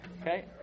Okay